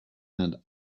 and